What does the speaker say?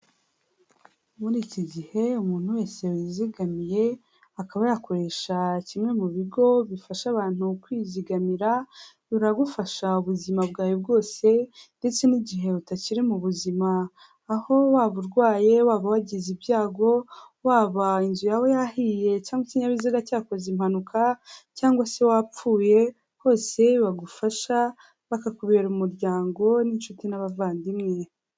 Muri iki gihe, umuntu wese wizigamiye, akaba yakoresha kimwe mu bigo bifasha abantu kwizigamira, biragufasha ubuzima bwawe bwose, ndetse n'igihe utakiri mu buzima, aho waba urwaye, waba wagize ibyago, waba inzu yawe yahiye, cyangwa ikinyabiziga cyakoze impanuka cyangwa se wapfuye, hose bagufasha bakakubera umuryango n'inshuti n'abavandimwe.